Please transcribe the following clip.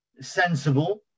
sensible